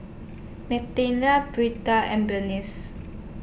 Nathanael and Bernice